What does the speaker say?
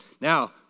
Now